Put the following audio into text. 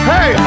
Hey